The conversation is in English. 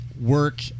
work